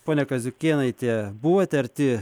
ponia kaziukėnaite buvote arti